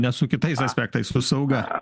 ne su kitais aspektais su sauga